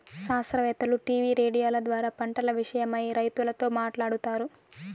శాస్త్రవేత్తలు టీవీ రేడియోల ద్వారా పంటల విషయమై రైతులతో మాట్లాడుతారు